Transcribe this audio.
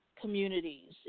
communities